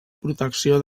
protecció